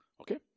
Okay